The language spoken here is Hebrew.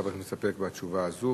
חבר הכנסת מסתפק בתשובה זו,